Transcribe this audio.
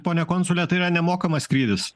pone konsule tai yra nemokamas skrydis